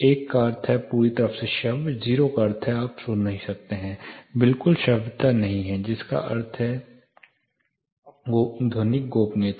एक का अर्थ है पूरी तरह से श्रव्य 0 का मतलब है कि आप सुन नहीं सकते हैं बिल्कुल श्रव्यता नहीं है जिसका अर्थ है ध्वनिक गोपनीयता